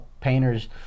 painters